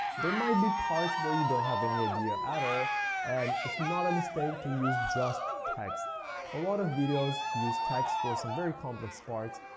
there might be parts where you don't have any idea at all and it's not a mistake to use just text a lot of videos use text for some really complex parts,